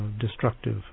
destructive